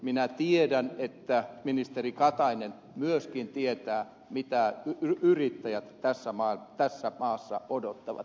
minä tiedän että ministeri katainen myöskin tietää mitä yrittäjät tässä maassa odottavat